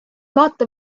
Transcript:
vaata